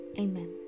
Amen